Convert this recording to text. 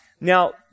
Now